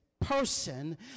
person